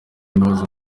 imbabazi